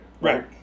Right